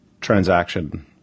transaction